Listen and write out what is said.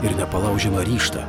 ir nepalaužiamą ryžtą